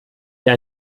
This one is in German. hier